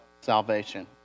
salvation